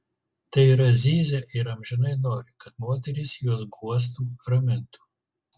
tai yra zyzia ir amžinai nori kad moterys juos guostų ramintų